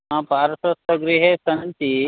आ पार्श्वस्थगृहे सन्ति